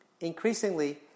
Increasingly